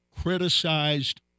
criticized